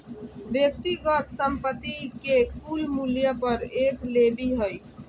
व्यक्तिगत संपत्ति के कुल मूल्य पर एक लेवी हइ